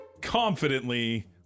confidently